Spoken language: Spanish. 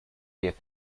diez